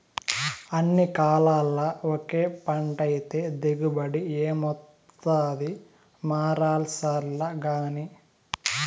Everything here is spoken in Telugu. అన్ని కాలాల్ల ఒకే పంటైతే దిగుబడి ఏమొస్తాది మార్సాల్లగానీ